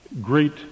great